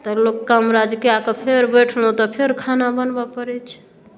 तऽ लोक काम राज कए कऽ फेर बैठलहुँ तऽ फेर खाना बनबऽ पड़ै छै